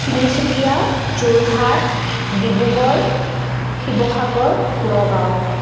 Tinsukia Jorhat Dibrugarh Sivasagar Nagaon